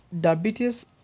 diabetes